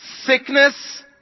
Sickness